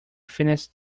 finished